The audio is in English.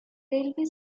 railway